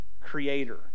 creator